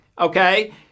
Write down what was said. Okay